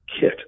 kit